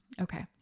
Okay